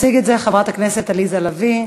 תציג, חברת הכנסת עליזה לביא,